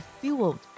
fueled